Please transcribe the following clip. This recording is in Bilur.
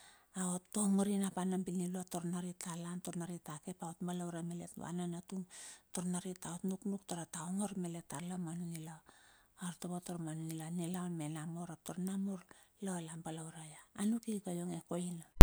Aot ongor ina pa na binilua, taur narit a lan. taur narit a ke ap aot balaure malet va nanatung. taur narit aot nuknuk tara ta ongor malet, tar la ma nu nila artovo taur ma nila nilaun me namur ap tar me namur, la la balaure ia, anuk ika ionge koina.